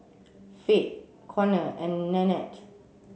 Fate Conner and Nannette